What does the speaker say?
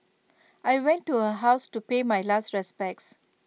I went to her house to pay my last respects